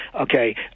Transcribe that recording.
okay